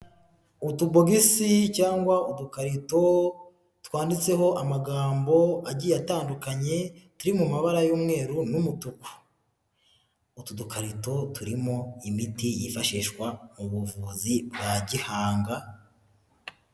Utubogesi cyangwa udukarito twanditseho amagambo agiye atandukanye turi mu mabara y'umweru n'umutuku, utudukarito turimo imiti yifashishwa mu buvuzi bwa gihanga.